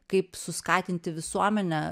kaip suskatinti visuomenę